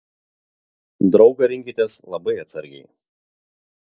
draugą rinkitės labai atsargiai